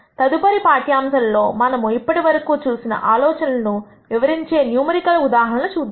తదుపరి పాఠ్యాంశంలో మనము ఇప్పటివరకు చూసిన ఆలోచనలను వివరించే న్యూమరికల్ ఉదాహరణలు చూద్దాము